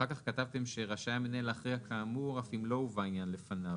ואחר כך כתבתם ש"רשאי המנהל להכריע כאמור אף אם לא הובא העניין לפניו",